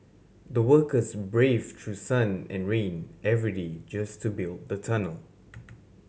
the workers braved through sun and rain every day just to build the tunnel